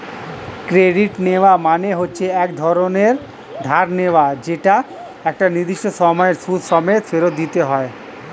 credit নেওয়া মানে হচ্ছে ধার নেওয়া যেটা একটা নির্দিষ্ট সময়ে সুদ সমেত ফেরত দিতে হয়